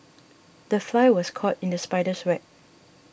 the fly was caught in the spider's web